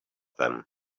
them